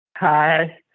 Hi